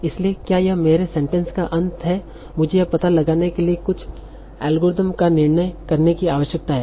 इसलिए क्या यह मेरे सेंटेंस का अंत है मुझे यह पता लगाने के लिए कुछ एल्गोरिथ्म का निर्माण करने की आवश्यकता है